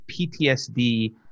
PTSD